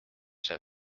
seal